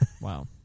Wow